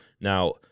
Now